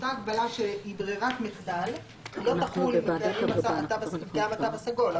אותה הגבלה שהיא ברירת מחדל לא תחול בתנאים של גם התו הסגול.